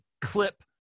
clip